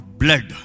blood